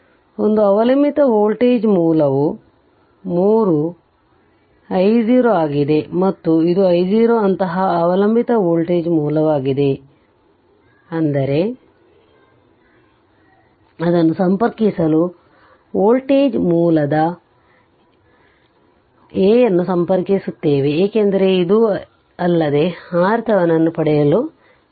ಆದ್ದರಿಂದ ಒಂದು ಅವಲಂಬಿತ ವೋಲ್ಟೇಜ್ ಮೂಲವು 3 i0 ಆಗಿದೆ ಮತ್ತು ಇದು i0 ಅಂತಹ ಅವಲಂಬಿತ ವೋಲ್ಟೇಜ್ ಮೂಲವಾಗಿದೆ ಅಂದರೆ ಅದನ್ನು ಸಂಪರ್ಕಿಸಲು ವೋಲ್ಟೇಜ್ ಮೂಲವಾದ a ಅನ್ನು ಸಂಪರ್ಕಿಸುತ್ತೇವೆ ಏಕೆಂದರೆ ಅದು ಇಲ್ಲದೆ RThevenin ಪಡೆಯಲು ಸಾಧ್ಯವಿಲ್ಲ